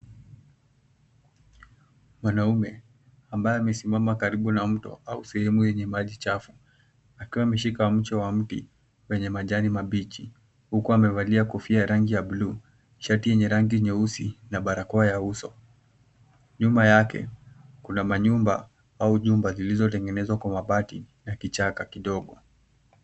Mwanaume ambaye amesimama karibu na mto au sehemu yenye maji chafu akiwa ameshika mche wa mti kwenye majani mabichi huku amevalia kofia ya rangi ya bluu, shati yenye rangi nyeusi na barakoa ya uso. Nyuma yake kuna manyumba au nyumba zilizotengenezwa kwa mabati na kichaka kidogo.